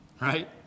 Right